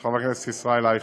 של חבר הכנסת אייכלר.